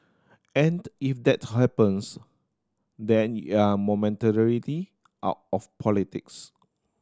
and if that happens then you're momentarily out of politics